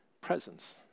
presence